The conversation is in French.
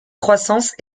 croissance